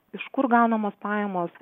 iš kur gaunamos pajamos